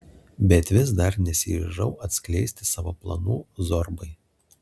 bet vis dar nesiryžau atskleisti savo planų zorbai